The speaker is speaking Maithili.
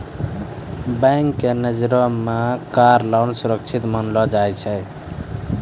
बैंक के नजरी मे कार लोन सुरक्षित मानलो जाय छै